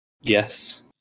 Yes